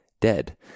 dead